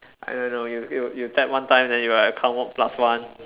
I don't know you you you tap one time then you like come out plus one